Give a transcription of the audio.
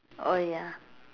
oh ya